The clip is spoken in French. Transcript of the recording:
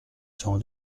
sans